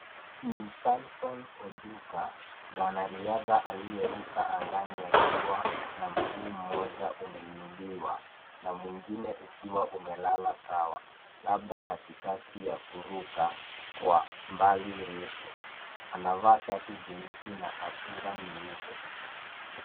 Ni Samson Ojuka, mwanariadha aliyeruka angani akiwa na mguu moja umeinuliwa na mwingine ukiwa umelala sawa, labda katikati ya kuruka kwa mbali refu. Anavaa shati jeusi na kaptula nyeupe.